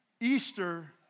Easter